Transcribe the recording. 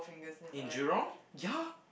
in Jurong ya